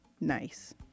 Nice